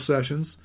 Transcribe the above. sessions